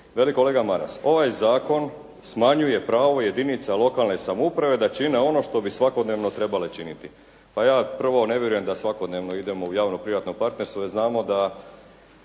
Veli kolega Maras: „Ovaj zakon smanjuje pravo jedinica lokalne samouprave da čine ono što bi svakodnevno trebale činiti.“. Pa ja prvo, ne vjerujem da svakodnevno idemo u javno privatno partnerstvo jer znamo da